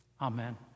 Amen